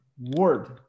word